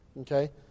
Okay